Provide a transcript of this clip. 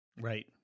Right